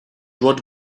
what